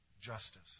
justice